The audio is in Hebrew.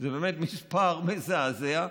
זה באמת מספר מזעזע,